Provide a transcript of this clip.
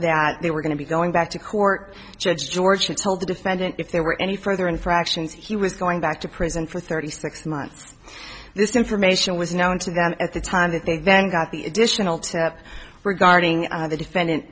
that they were going to be going back to court judge george had told the defendant if there were any further infractions he was going back to prison for thirty six months this information was known to them at the time that they then got the additional tip regarding the defendant